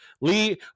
Lee